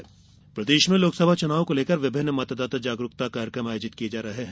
मतदाता जागरूकता प्रदेश में लोकसभा चुनाव को लेकर विभिन्न मतदाता जागरूकता कार्यक्रम आयोजित किये जा रहे हैं